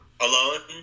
alone